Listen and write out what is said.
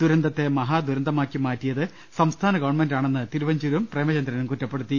ദുര ന്തത്തെ മഹാദുരന്തമാക്കിമാറ്റിയത് സംസ്ഥാന ഗവൺമെന്റാണെന്ന് തിരുവഞ്ചൂരും പ്രേമചന്ദ്രനും കുറ്റപ്പെടുത്തി